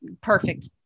Perfect